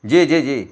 جی جی جی